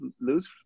lose